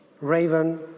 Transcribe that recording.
Raven